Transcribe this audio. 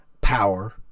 power